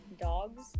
dogs